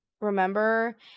remember